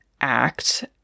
act